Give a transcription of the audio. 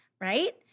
right